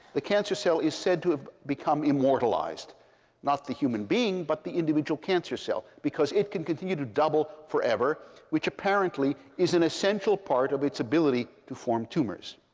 the cancer cell is said to have become immortalized not the human being, but the individual cancer cell. because it can continue to double forever, which apparently is an essential part of its ability to form tumors.